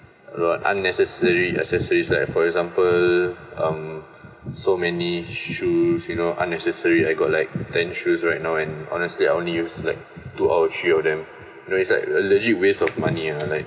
unnecessary accessories like for example um so many shoes you know unnecessary I got like ten shoes right now and honestly I only use like two or three of them you know it's like a legit waste of money and like